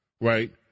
right